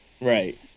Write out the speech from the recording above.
right